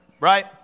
right